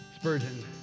Spurgeon